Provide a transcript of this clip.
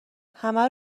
همه